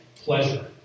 pleasure